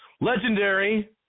legendary